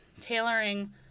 tailoring